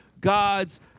God's